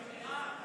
מירב,